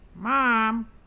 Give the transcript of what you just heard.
Mom